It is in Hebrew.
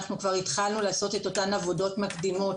אנחנו כבר התחלנו לעשות את אותן עבודות מקדימות.